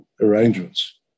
Arrangements